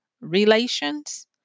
relations